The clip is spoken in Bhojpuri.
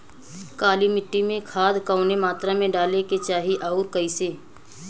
काली मिट्टी में खाद कवने मात्रा में डाले के चाही अउर कइसे?